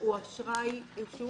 הוא שיעור